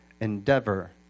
endeavor